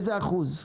איזה אחוז?